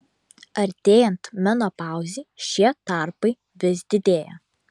artėjant menopauzei šie tarpai vis didėja